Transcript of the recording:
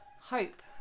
hope